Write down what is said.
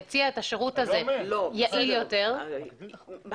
הוא יציע שירות יעיל יותר --- היא